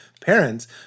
parents